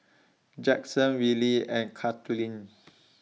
Jaxon Willy and Carlyn